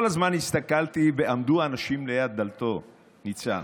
כל הזמן הסתכלתי, ועמדו אנשים ליד דלתו, ניצן,